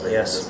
Yes